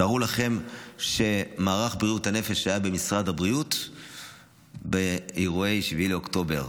תארו לכם שמערך בריאות הנפש שהיה במשרד הבריאות באירועי 7 באוקטובר,